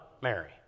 Mary